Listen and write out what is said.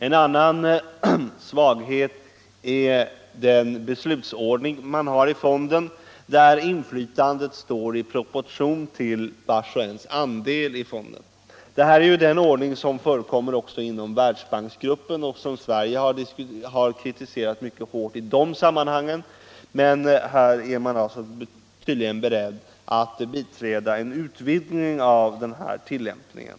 En annan svaghet är den beslutsordning man har i fonden, där inflytandet står i proportion till vars och ens andel i fonden. Detta är den ordning som förekommer också inom Världsbanksgruppen och som - Sverige har kritiserat mycket hårt i det sammanhanget, men här är man tydligen beredd att biträda en utvidgning av den ordningen.